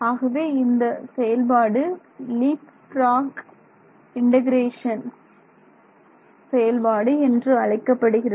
ஆகவே இந்த செயல்பாடு லீப்ஃப்ராக் இண்டெகரேஷன் செயல்பாடு என்று அழைக்கப்படுகிறது